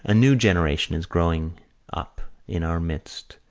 a new generation is growing up in our midst,